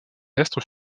astre